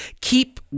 Keep